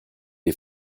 les